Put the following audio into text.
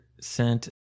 sent